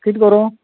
कितें करूं